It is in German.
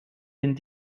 den